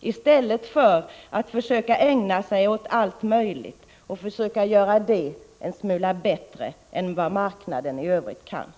i stället för att försöka ägna sig åt allt möjligt och försöka göra det en smula bättre än vad marknaden i övrigt kan.